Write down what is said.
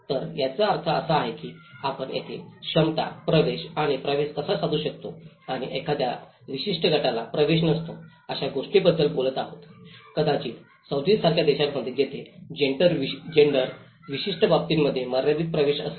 तर याचा अर्थ असा आहे की आपण येथे क्षमता प्रवेश आणि प्रवेश कसा साधू शकतो आणि एखाद्या विशिष्ट गटाला प्रवेश नसतो अशा गोष्टींबद्दल बोलत आहोत कदाचित सौदीसारख्या देशांमध्ये जेथे जेन्डर विशिष्ट बाबींमध्ये मर्यादित प्रवेश असेल